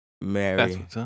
mary